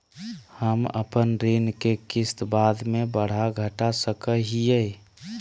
हम अपन ऋण के किस्त बाद में बढ़ा घटा सकई हियइ?